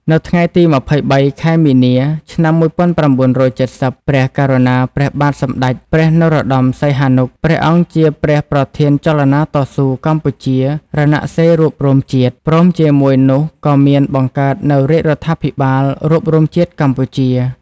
នៅថ្ងៃទី២៣ ខែមីនា ឆ្នាំ១៩៧០ ព្រះករុណា ព្រះបាទសម្តេច ព្រះនរោត្តម សីហនុ ព្រះអង្គជាព្រះប្រធានចលនាតស៊ូកម្ពុជា «រណសិរ្សរួបរួមជាតិ» ព្រមជាមួយរនោះក៏មានបង្កើតនូវរាជរដ្ឋាភិបាលរួបរួមជាតិកម្ពុជា។